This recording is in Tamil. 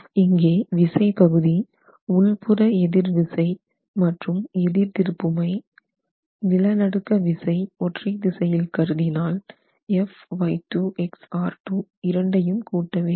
இங்கே விசை பகுதி உள்புற எதிர் விசை மற்றும் எதிர் திருப்புமை Fx1yr1 மற்றும் நிலநடுக்க விசை ஒற்றை திசையில் கருதினால் Fy2xr2 இரண்டையும் கூட்ட வேண்டும்